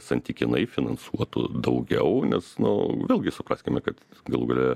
santykinai finansuotų daugiau nes nu vėlgi supraskime kad galų gale